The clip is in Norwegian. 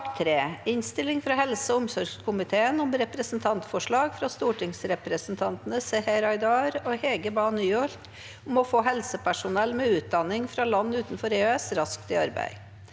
Innstilling fra helse- og omsorgskomiteen om Repre- sentantforslag fra stortingsrepresentantene Seher Aydar og Hege Bae Nyholt om å få helsepersonell med utdan- ning fra land utenfor EØS raskt i arbeid